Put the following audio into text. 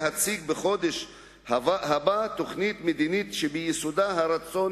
להציג בחודש הבא תוכנית מדינית שביסודה הרצון